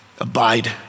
Abide